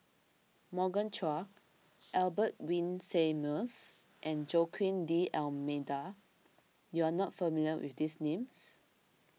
Morgan Chua Albert Winsemius and Joaquim D'Almeida you are not familiar with these names